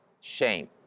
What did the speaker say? shame